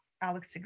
Alex